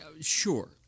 sure